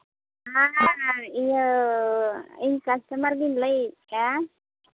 ᱦᱮᱸ ᱤᱭᱟᱹ ᱤᱧ ᱠᱟᱥᱴᱚᱢᱟᱨᱤᱧ ᱞᱟᱹᱭᱮᱫᱟ